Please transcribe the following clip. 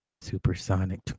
Supersonic